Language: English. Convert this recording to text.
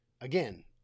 Again